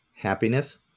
Happiness